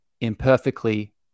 imperfectly